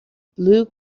blue